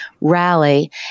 rally